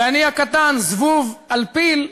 ואני הקטן, זבוב על פיל,